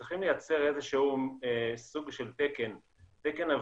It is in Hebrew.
צריכים לייצר סוג של תקן אבטחה.